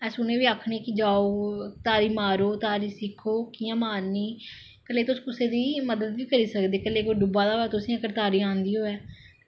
अस उ'नें गी बी आक्खने कि जाओ तारी मारो तारी सिक्खो तारी कि'यां मारनी कल्ले गी तुस कल्ले दी ममद बी करी कल्ले गी अगर कोई डुब्बा दा होई तुसें गी तारी आंदी होऐ